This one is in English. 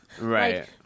right